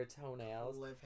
toenails